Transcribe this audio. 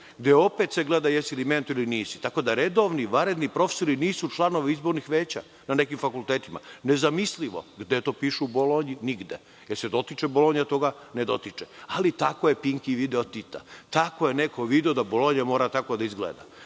se opet gleda da li si mentor ili nisi? Redovni, vanredni profesori nisu članovi izbornih veća na nekim fakultetima. Nezamislivo. Gde to piše u Bolonji? Nigde. Da li se dotiče Bolonja toga? Ne dotiče se. Ali, tako je Pinki video Tita, tako je neko video da Bolonja mora tako da izgleda.